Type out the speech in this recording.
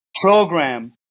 program